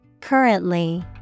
Currently